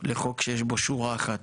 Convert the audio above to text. לחוק שיש בו שורה אחת.